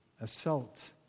assault